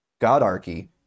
Godarchy